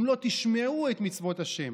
אם לא תשמעו את מצוות ה'.